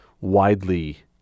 widely